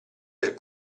del